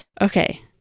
Okay